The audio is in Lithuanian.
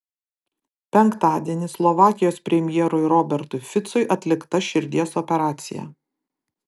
penktadienį slovakijos premjerui robertui ficui atlikta širdies operacija